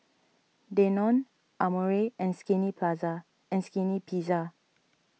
Danone Amore and Skinny Plaza and Skinny Pizza